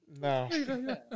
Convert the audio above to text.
No